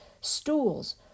stools